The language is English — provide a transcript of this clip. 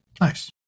Nice